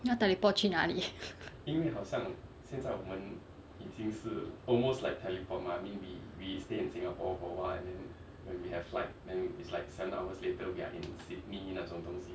要 teleport 去哪里